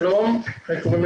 שלום, אני